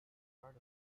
part